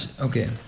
Okay